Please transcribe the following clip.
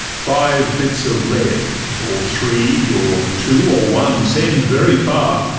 five bits of lead, or three, or two, or one, send very far!